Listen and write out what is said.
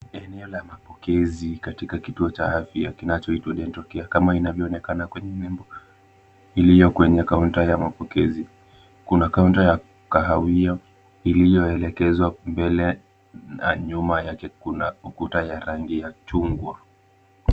Eneo la mapokezi katika kituo cha afya kinachoitwa dental care kama inavyoonekana kwenye nembo iliyo kwenye kaunta ya mapokezi. Kuna kaunta ya kahawia iliyoelekezwa mbele na nyuma yake kuna ukuta ya rangi ya chungwa.